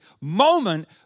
moment